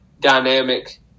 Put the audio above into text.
dynamic